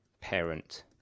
parent